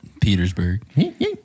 Petersburg